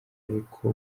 ariko